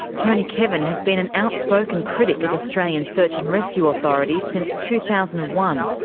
tony kevin has been an outspoken critic of australian search and rescue authorities since two thousand and one,